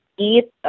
eat